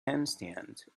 handstand